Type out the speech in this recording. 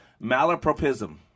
Malapropism